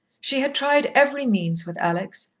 she had tried every means with alex,